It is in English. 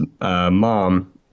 mom